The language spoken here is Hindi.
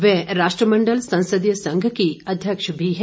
वह राष्ट्रमण्डल संसदीय संघ की अध्यक्ष भी हैं